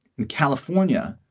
in california,